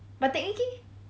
but technically